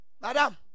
Madam